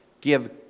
give